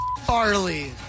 Farley